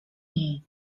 niej